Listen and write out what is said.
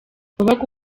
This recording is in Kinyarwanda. wabaga